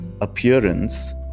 Appearance